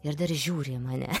ir dar žiūri į mane